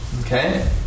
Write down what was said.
Okay